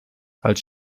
als